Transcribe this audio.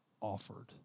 offered